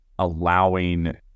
Allowing